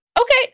Okay